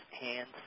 hands